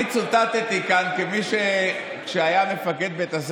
תוך כדי זה